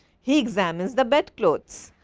he examines the bed clothes.